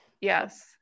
yes